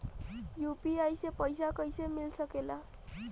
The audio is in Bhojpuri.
यू.पी.आई से पइसा कईसे मिल सके ला?